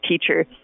teacher